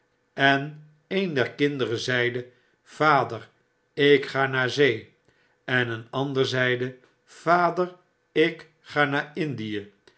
en een der kinderen zeide vader ik ga naar zee en een ander zeide vader ik ga naar indie